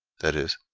that is,